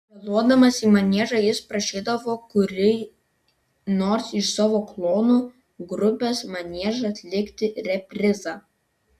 vėluodamas į maniežą jis prašydavo kurį nors iš savo klounų grupės manieže atlikti reprizą